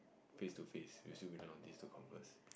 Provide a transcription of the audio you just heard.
face to face we still rely on this to converse